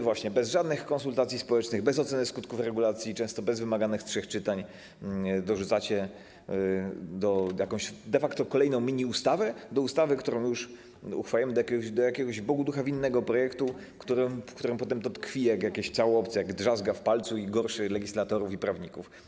Właśnie bez żadnych konsultacji społecznych, bez oceny skutków regulacji i często bez wymaganych trzech czytań dorzucacie jakąś de facto kolejną mini ustawę do ustawy, którą już uchwalamy, do jakiegoś Bogu ducha winnego projektu, w którym potem to tkwi jak jakieś ciało obce, jak drzazga w palcu i gorszy legislatorów i prawników.